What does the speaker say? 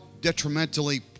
detrimentally